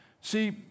See